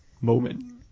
moment